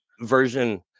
version